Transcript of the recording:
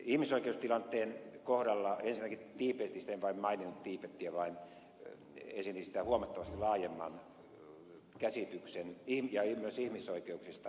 ihmisoikeustilanteen kohdalla ensinnäkin tiibetistä en vain maininnut tiibetiä vaan esitin siitä huomattavasti laajemman käsityksen ja myös ihmisoikeuksista